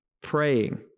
praying